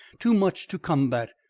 too much to combat.